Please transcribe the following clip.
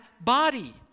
body